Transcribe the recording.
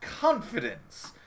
confidence